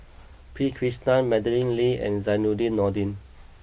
P Krishnan Madeleine Lee and Zainudin Nordin